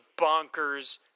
bonkers